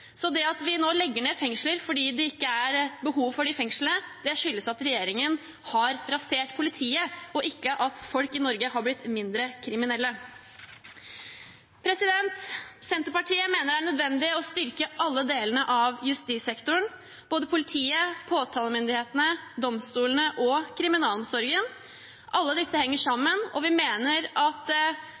Så det at vi nå legger ned fengsler fordi det ikke er behov for disse fengslene, skyldes at regjeringen har rasert politiet, ikke at folk i Norge har blitt mindre kriminelle. Senterpartiet mener det er nødvendig å styrke alle delene av justissektoren, både politiet, påtalemyndighetene, domstolene og kriminalomsorgen. Alle disse henger sammen. Vi mener at